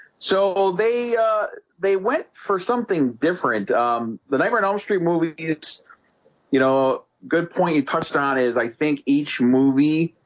so they they went for something different then i ran all street movie it's you know, good point you touched on is i think each movie